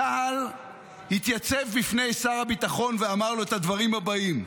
צה"ל התייצב בפני שר הביטחון ואמר לו את הדברים הבאים: